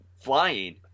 flying